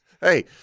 Hey